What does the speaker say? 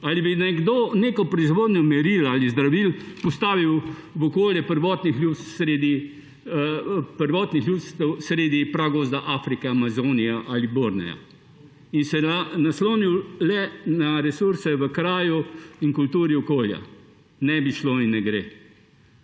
Ali bi nekdo neko proizvodnjo meril ali zdravil postavil v okolje prvotnih ljudstev sredi pragozda Afrike, Amazonije ali Bornea in se naslonil le na resurse v kraju in kulturi okolja? Ne bi šlo in ne gre.